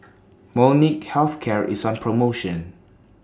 Molnylcke Health Care IS on promotion